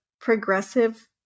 progressive